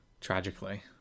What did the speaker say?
tragically